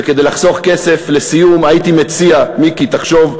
וכדי לחסוך כסף, לסיום, הייתי מציע, מיקי, תחשוב,